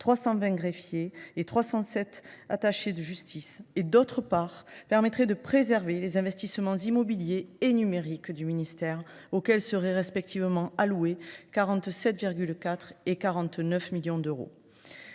de greffiers et de 307 postes d’attachés de justice, et, d’autre part, de préserver les investissements immobiliers et numériques du ministère, auxquels seraient respectivement alloués 47,4 millions et 49 millions d’euros.